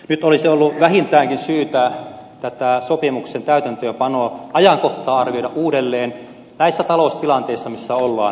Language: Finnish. nyt olisi ollut vähintäänkin syytä tätä sopimuksen täytäntöönpanon ajankohtaa arvioida uudelleen näissä taloustilanteissa missä ollaan